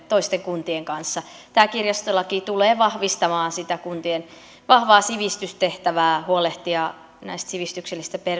toisten kuntien kanssa tämä kirjastolaki tulee vahvistamaan sitä kuntien vahvaa sivistystehtävää huolehtia näistä sivistyksellisistä